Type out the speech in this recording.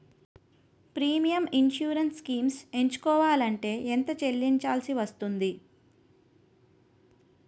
Premium insurance schemes ఎంచుకోవలంటే ఎంత చల్లించాల్సివస్తుంది??